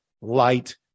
light